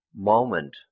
moment